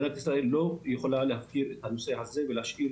לא יכולים להפקיר את הנושא הזה ולהשאיר